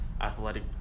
athletic